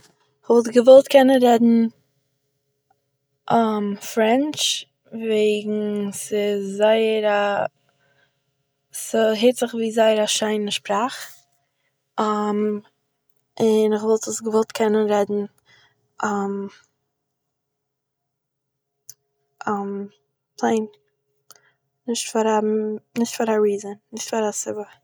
כ'וואלט געוואלט קענען רעדן פרענטש, וועגן ס'איז זייער א- ס'הערט זיך ווי זייער א שיינע שפראך, און איך וואלט עס געוואלט קענען רעדן פיין, נישט פאר א- נישט פאר א ריזען, נישט פאר א סיבה